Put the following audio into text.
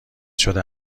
شده